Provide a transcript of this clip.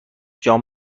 جان